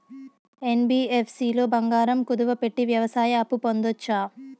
NBFC లో బంగారం కుదువు పెట్టి వ్యవసాయ అప్పు పొందొచ్చా?